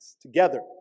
together